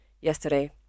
yesterday